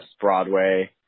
Broadway